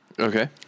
Okay